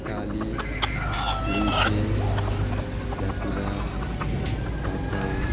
कालिज लुइँचे भ्याकुरा भद्रायो